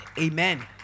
Amen